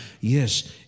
yes